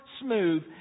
smooth